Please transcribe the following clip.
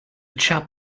chap